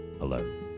alone